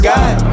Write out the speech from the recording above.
God